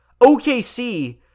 OKC